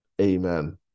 Amen